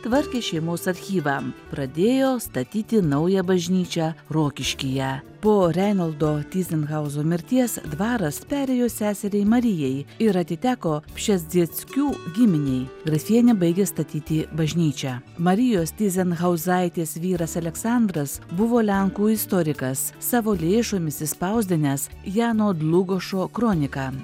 tvarkė šeimos archyvą pradėjo statyti naują bažnyčią rokiškyje po reinoldo tyzenhauzo mirties dvaras perėjo seseriai marijai ir atiteko pšezdzieckių giminei grafienė baigė statyti bažnyčią marijos tyzenhauzaitės vyras aleksandras buvo lenkų istorikas savo lėšomis išspausdinęs jano dlugošo kroniką